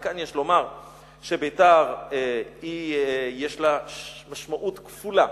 וכאן יש לומר שביתר, יש לה משמעות כפולה.